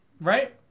Right